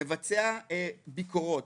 מבצע ביקורות,